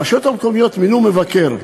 ברשויות המקומיות מינו מבקר.